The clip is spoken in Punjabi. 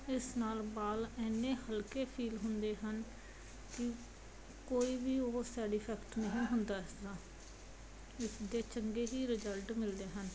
ਇਸ ਨਾਲ ਵਾਲ ਇੰਨੇ ਹਲਕੇ ਫੀਲ ਹੁੰਦੇ ਹਨ ਕਿ ਕੋਈ ਵੀ ਉਹ ਸੈਡੀ ਫੈਕਟ ਨਹੀਂ ਹੁੰਦਾ ਇਸ ਨਾਲ ਇਸਦੇ ਚੰਗੇ ਹੀ ਰਿਜਲਟ ਮਿਲਦੇ ਹਨ